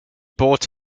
bought